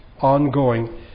ongoing